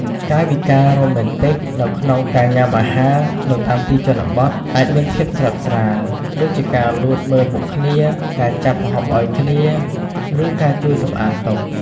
កាយវិការរ៉ូមែនទិកនៅក្នុងការញ៉ាំអាហារនៅតាមទីជនបទអាចមានភាពស្រើបស្រាល ដូចជាការលួចមើលមុខគ្នា ការចាប់ម្ហូបឲ្យគ្នា ឬការជួយសម្អាតតុ។